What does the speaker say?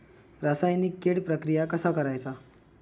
रासायनिक कीड प्रक्रिया कसा करायचा?